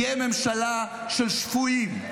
היא תהיה ממשלה של שפויים,